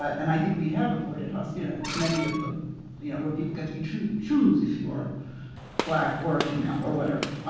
but and i think we have avoided so you know many of the you know where people get to choose. choose if you are black or a female or whatever.